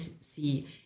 see